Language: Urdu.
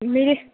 میرے